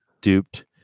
duped